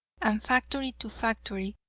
and factory to factory,